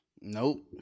Nope